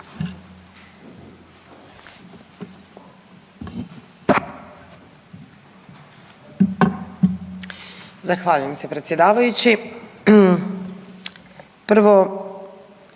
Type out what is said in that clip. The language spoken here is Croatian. Zahvaljujem se predsjedavajući.